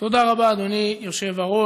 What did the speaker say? תודה רבה, אדוני היושב-ראש.